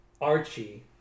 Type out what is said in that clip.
Archie